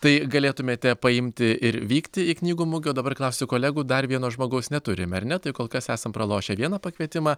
tai galėtumėte paimti ir vykti į knygų mugę o dabar klausiu kolegų dar vieno žmogaus neturim ar ne kol kas esam pralošę vieną pakvietimą